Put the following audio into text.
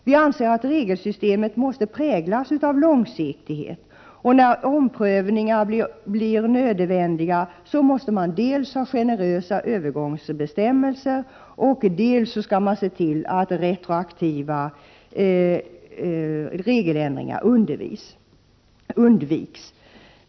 Vi anser att regelsystemet måste präglas av långsiktighet, och när omprövningar blir nödvändiga måste dels övergångsbestämmelserna vara generösa, dels retroaktiva regeländringar undvikas.